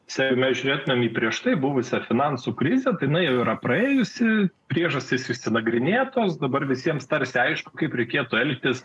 seime žiūrėti namie prieš tai buvusią finansų krizę tai jinai jau yra praėjusi priežastis visi nagrinėtos dabar visiems tarsi aišku kaip reikėtų elgtis